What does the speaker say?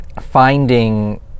finding